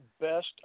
best